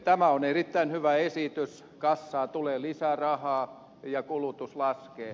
tämä on erittäin hyvä esitys kassaan tulee lisää rahaa ja kulutus laskee